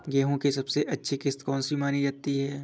गेहूँ की सबसे अच्छी किश्त कौन सी मानी जाती है?